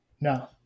No